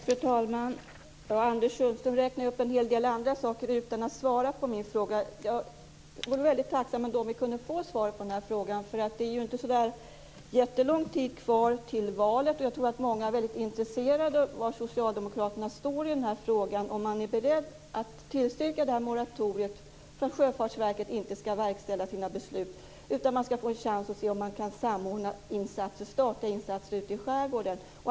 Fru talman! Anders Sundström räknade upp en hel del andra saker utan att svara på min fråga. Jag vore väldigt tacksam om vi kunde få svar på den här frågan. Det är inte så jättelång tid kvar till valet. Jag tror att många är mycket intresserade av var socialdemokraterna står i den här frågan. Är socialdemokraterna beredda att tillstyrka det här moratoriet för att Sjöfartsverket inte skall verkställa sina beslut, utan man skall få en chans att se om man kan samordna statliga insatser ute i skärgården?